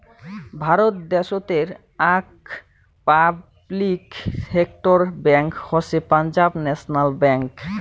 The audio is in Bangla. ভারত দ্যাশোতের আক পাবলিক সেক্টর ব্যাঙ্ক হসে পাঞ্জাব ন্যাশনাল ব্যাঙ্ক